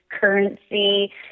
currency